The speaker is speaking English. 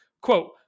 Quote